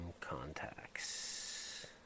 contacts